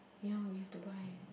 ya we have to buy